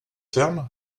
ferme